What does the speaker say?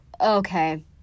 okay